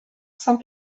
saint